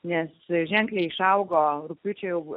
mėnesiu ženkliai išaugo rugpjūčio jau